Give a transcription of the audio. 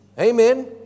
Amen